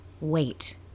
Wait